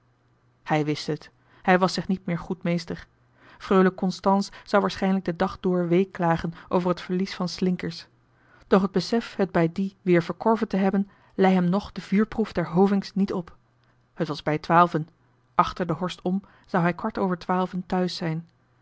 hij wist het hij was zich niet meer goed meester freule constance zou waarschijnlijk den dag door weeklagen over het verlies van slinkers doch het besef het bij die weer verkorven te hebben lei hem nog de vuurproef der hovink's niet op t was bij twaalven achter de horst om zou hij kwart over twaalven thuis zijn